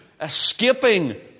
escaping